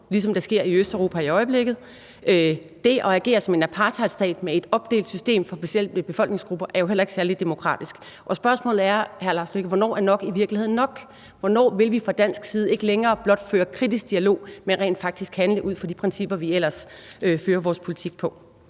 ligesom det sker i Østeuropa i øjeblikket. Det at agere som en apartheidstat med et opdelt system for forskellige befolkningsgrupper er jo heller ikke særlig demokratisk. Spørgsmålet er, udenrigsminister: Hvornår er nok i virkeligheden nok? Hvornår vil vi fra dansk side ikke længere blot føre kritisk dialog, men rent faktisk handle ud fra de principper, vi ellers fører vores politik på?